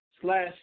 slash